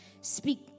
Speak